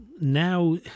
now